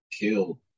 killed